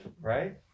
Right